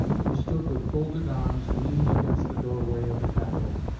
who stood with folded arms leaning against the doorway of the capitol,